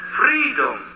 freedom